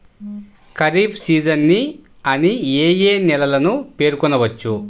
Kharif season అని ఏ ఏ నెలలను పేర్కొనవచ్చు?